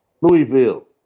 Louisville